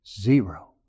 zero